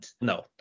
No